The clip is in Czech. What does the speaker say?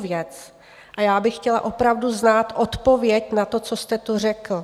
A já bych chtěla opravdu znát odpověď na to, co jste tu řekl.